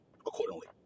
accordingly